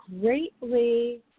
greatly